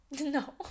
No